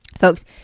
Folks